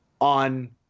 on